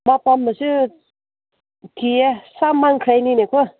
ꯃꯄꯥꯟꯗꯁꯨ ꯀꯤꯌꯦ ꯁꯥꯃꯟꯈ꯭ꯔꯦꯅꯤꯅꯦꯀꯣ